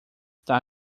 está